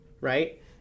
right